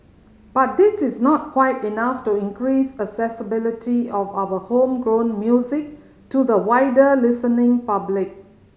but this is not quite enough to increase accessibility of our homegrown music to the wider listening public